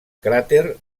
cràter